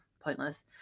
pointless